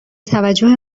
توجه